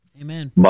Amen